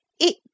It